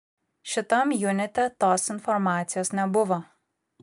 šitam junite tos informacijos nebuvo